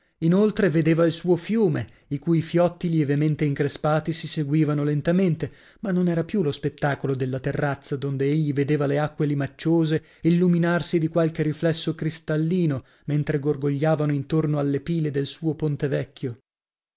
inoltre vedeva il suo fiume i cui fiotti lievemente increspati si seguivano lentamente ma non era più lo spettacolo della terrazza donde egli vedova lo acque limacciose illuminarsi di qualche riflesso cristallino mentre gorgogliavano intorno alle pile del suo ponte vecchio